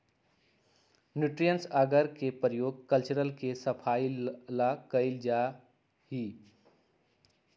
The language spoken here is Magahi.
न्यूट्रिएंट्स अगर के प्रयोग कल्चर के सफाई ला कइल जाहई